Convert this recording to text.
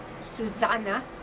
Susanna